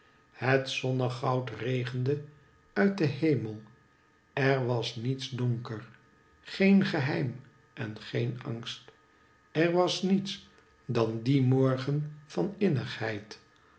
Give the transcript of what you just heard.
het zonnegoud regende uit den hemel er was niets donker geen geheim en geen angst er was niets dan die morgen